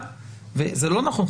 זה לא נכון,